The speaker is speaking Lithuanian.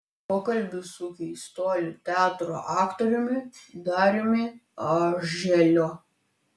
pokalbis su keistuolių teatro aktoriumi dariumi auželiu